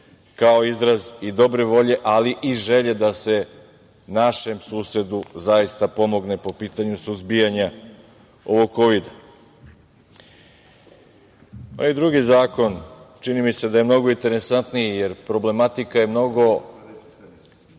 kao izraz i dobre volje, ali i želje da se našem susedu zaista pomogne po pitanju suzbijanja ovog Kovida. Drugi zakon, čini mi se, da je mnogo interesantniji jer problematika duže